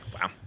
Wow